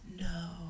no